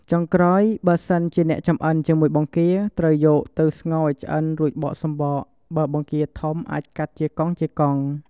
ចុងក្រោយ បើសិនជាអ្នកចម្អិនជាមួយបង្គា ត្រូវយកទៅស្ងោរឱ្យឆ្អិនរួចបកសំបក បើបង្គាធំអាចកាត់ជាកង់ៗ។